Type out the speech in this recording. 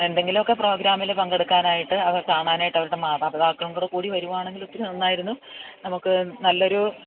എന്തെങ്കിലുമൊക്കെ പ്രോഗ്രാമിൽ പങ്കെടുക്കാനായിട്ട് അവർ കാണാനായിട്ട് അവരുടെ മാതാപിതാക്കളും കൂടെ കൂടി വരുകയാണെങ്കിൽ ഒത്തിരി നന്നായിരുന്നു നമുക്ക് നല്ലൊരു